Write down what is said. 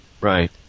Right